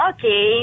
Okay